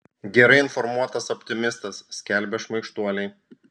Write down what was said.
gerai informuotas optimistas skelbia šmaikštuoliai